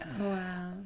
Wow